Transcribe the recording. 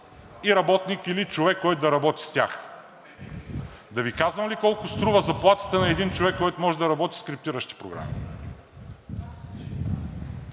и работник или човек, който да работи с тях. Да Ви казвам ли колко е заплатата на един човек, който може да работи с криптиращи програми?